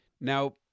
Now